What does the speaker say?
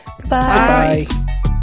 Goodbye